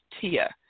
Tia